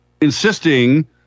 insisting